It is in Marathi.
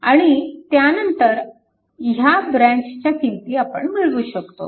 आणि त्यानंतर ह्या ब्रँचच्या किंमती आपण मिळवू शकतो